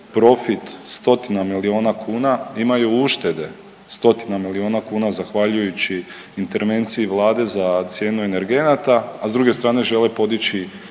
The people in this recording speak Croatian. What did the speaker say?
profit stotina milijuna kuna, imaju uštede stotina milijuna kuna zahvaljujući intervenciji Vlade za cijenu energenata, a s druge strane žele podići